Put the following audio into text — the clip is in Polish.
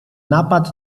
napad